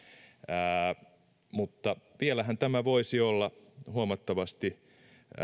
mutta vielähän tämä voisi olla huomattavasti